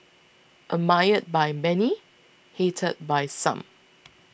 admired by many hated by some